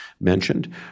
mentioned